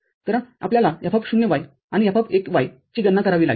तर आपल्याला F ० y आणि F १ y ची गणना करावी लागेल